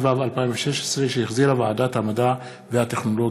התשע"ו 2016, שהחזירה ועדת המדע והטכנולוגיה.